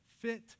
fit